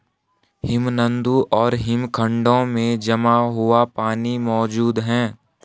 हिमनदों और हिमखंडों में जमा हुआ पानी मौजूद हैं